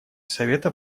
совета